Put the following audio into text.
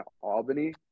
Albany